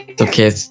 Okay